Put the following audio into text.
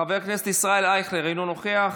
חבר הכנסת ישראל אייכלר, אינו נוכח,